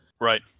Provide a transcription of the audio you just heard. Right